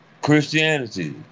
Christianity